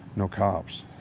no cops.